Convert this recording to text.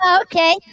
Okay